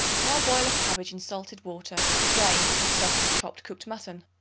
parboil a cabbage in salted water drain and stuff with chopped cooked mutton.